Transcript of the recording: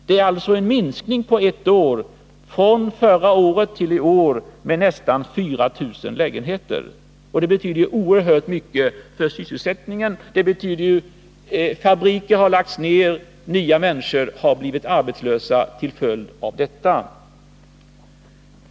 Det har alltså under ett år skett en minskning med nästan 4 000 lägenheter. Detta betyder oerhört mycket för sysselsättningen — fabriker har lagts ner, och ytterligare ett antal människor har blivit arbetslösa till följd av detta.